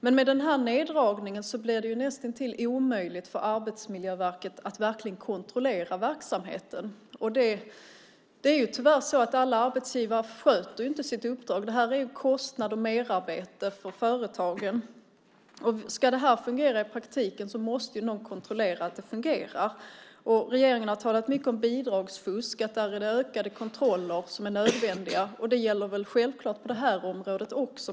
Men med den här neddragningen blir det näst intill omöjligt för Arbetsmiljöverket att verkligen kontrollera verksamheten. Det är tyvärr så att alla arbetsgivare inte sköter sina uppdrag. Det här är en kostnad och ett merarbete för företagen. Ska det fungera i praktiken måste någon kontrollera att det fungerar. Regeringen har talat mycket om bidragsfusk. Där är det ökade kontroller som är nödvändiga. Det gäller självklart på det här området också.